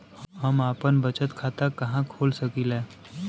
हम आपन बचत खाता कहा खोल सकीला?